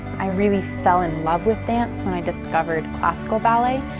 i really fell in love with dance when i discovered classical ballet.